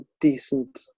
decent